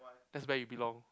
that's where you belong